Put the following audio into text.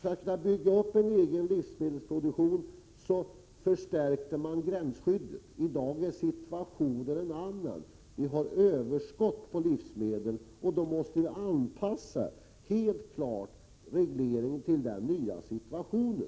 För att kunna bygga upp en egen livsmedelsproduktion förstärkte man gränsskyddet. I dag är situationen en annan. Vi har överskott på livsmedel, och då måste vi naturligtvis anpassa regleringen till denna nya situation.